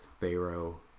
pharaoh